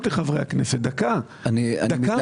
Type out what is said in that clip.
במיוחד דקה